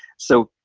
so,